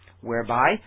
whereby